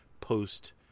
post